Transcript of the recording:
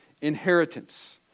inheritance